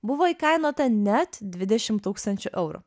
buvo įkainota net dvidešimt tūkstančių eurų